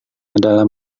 adalah